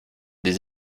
des